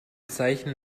zeichen